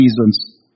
reasons